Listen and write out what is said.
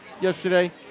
yesterday